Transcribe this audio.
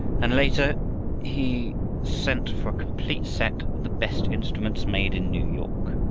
and later he sent for a complete set of the best instruments made in new york.